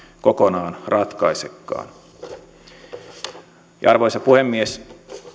kokonaan ratkaisekaan arvoisa puhemies